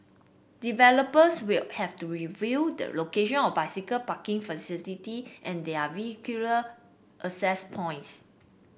developers will have to review the locations of bicycle parking facilities and their vehicular access points